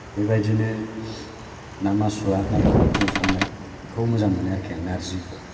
बेबायदिनो ना मासुवा ना दाबखाफोरजों संनायखौ मोजां मोनो आरोकि नारजिखौ